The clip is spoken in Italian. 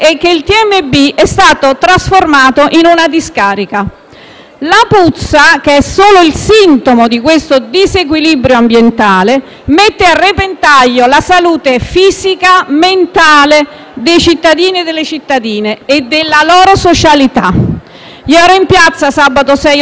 La puzza, che è solo il sintomo di questo disequilibrio ambientale, mette a repentaglio la salute fisica e mentale dei cittadini e delle cittadine e la loro socialità. Ero in piazza sabato 6 ottobre accanto alle cittadine e cittadini che manifestavano.